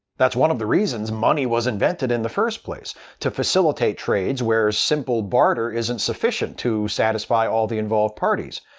that's one of the reasons money was invented in the first place to facilitate trades where simple barter isn't sufficient to satisfy all the involved parties.